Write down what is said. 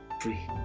free